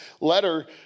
letter